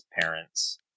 parents